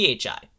PHI